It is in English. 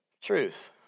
Truth